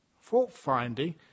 Fault-finding